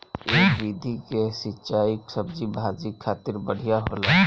ए विधि के सिंचाई सब्जी भाजी खातिर बढ़िया होला